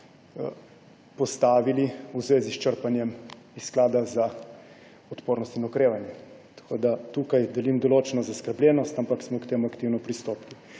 postavili v zvezi s črpanjem iz sklada za odpornost in okrevanje. Tako da tukaj delim določeno zaskrbljenost, ampak smo k temu aktivno pristopili.